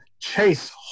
Chase